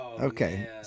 Okay